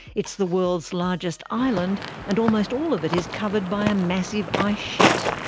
it's the world's largest island and almost all of it is covered by a massive ice sheet.